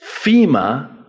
FEMA